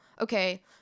okay